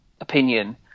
opinion